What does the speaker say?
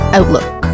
Outlook